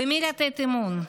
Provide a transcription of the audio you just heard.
במי לתת אמון?